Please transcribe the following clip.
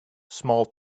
small